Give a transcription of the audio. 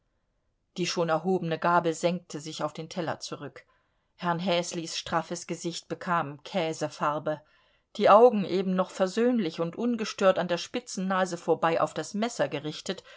die schon erhobene gabel senkte sich auf den teller zurück herrn häslis straffes gesicht bekam käsefarbe die augen eben noch versöhnlich und ungestört an der spitzen nase vorbei auf das messer gerichtet